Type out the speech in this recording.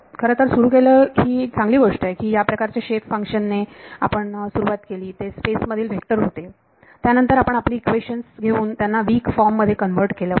आपण खरेतर सुरू केलं ही चांगली गोष्ट आहे की या प्रकारच्या शेप फंक्शन ने आपण सुरुवात केली ते स्पेस मधील व्हेक्टर होते त्यानंतर आपण आपली इक्वेशन्स घेऊन त्यांना वीक फॉर्म मध्ये कन्व्हर्ट केले